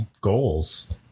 goals